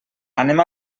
anem